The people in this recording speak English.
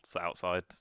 outside